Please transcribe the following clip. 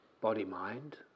Body-mind